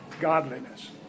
godliness